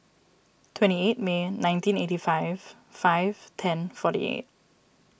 twenty eight May nineteen eighty five five ten forty eight